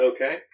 Okay